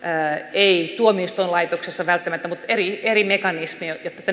ei tuomioistuinlaitoksessa välttämättä ja jotta eri mekanismit